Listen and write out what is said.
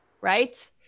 right